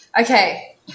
Okay